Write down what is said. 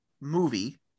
movie